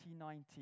2019